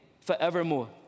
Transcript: forevermore